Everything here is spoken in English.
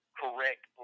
correct